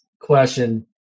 question